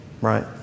Right